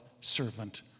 servant